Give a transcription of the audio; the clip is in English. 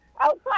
outside